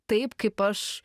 taip kaip aš